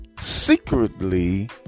secretly